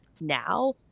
now